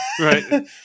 Right